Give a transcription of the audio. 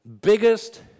biggest